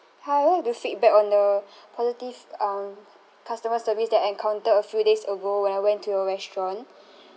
hi I would like to feedback on the positive um customer service that I encountered a few days ago when I went to your restaurant